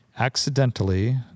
accidentally